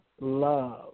love